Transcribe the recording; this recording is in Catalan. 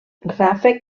ràfec